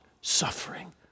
suffering